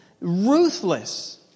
Ruthless